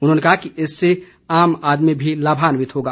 उन्होंने कहा कि इससे आम आदमी भी लाभन्वित होगा